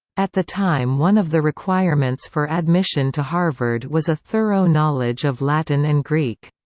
at the time one of the requirements for admission to harvard was a thorough knowledge of latin and greek.